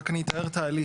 רק אני אתאר את ההליך.